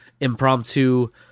impromptu